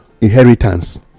inheritance